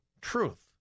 truth